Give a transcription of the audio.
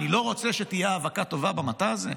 אני לא רוצה שתהיה האבקה טובה במטע הזה?